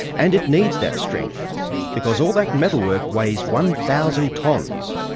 and it needs that strength because all that metalwork weighs one thousand tonnes,